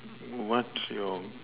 what's your